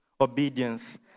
obedience